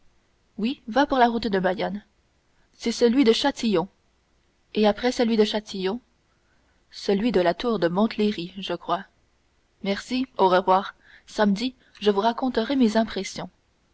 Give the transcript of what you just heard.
oui va pour la route de bayonne c'est celui de châtillon et après celui de châtillon celui de la tour de montlhéry je crois merci au revoir samedi je vous raconterai mes impressions